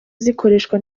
zikoreshwa